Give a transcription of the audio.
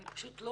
אני פשוט לא